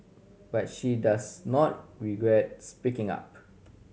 but she does not regret speaking up